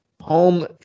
home